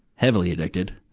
heavily addicted.